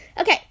Okay